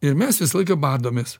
ir mes visą laiką badomės